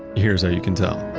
here's how you can tell